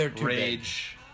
Rage